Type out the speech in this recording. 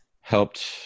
helped